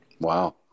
Wow